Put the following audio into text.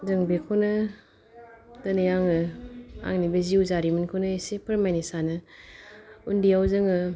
जों बेखौनो दिनै आङो आंनि बे जिउ जारिमिनखौनो एसे फोरमायनो सानो उन्दैयाव जोङो